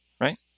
right